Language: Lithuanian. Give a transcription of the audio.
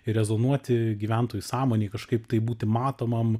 ir rezonuoti gyventojų sąmonėj kažkaip tai būti matomam